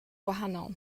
wahanol